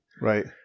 Right